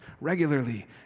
regularly